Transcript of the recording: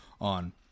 on